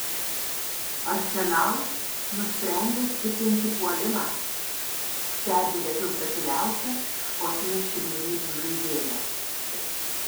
arsenal nusprendė stiprinti puolimą stebi rezultatyviausią škotijos pirmenybių žaidėją